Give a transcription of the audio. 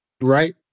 right